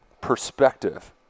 perspective